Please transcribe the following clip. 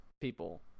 people